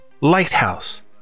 Lighthouse